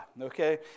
okay